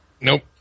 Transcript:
Nope